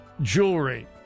jewelry